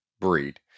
breed